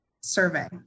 survey